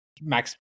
max